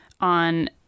on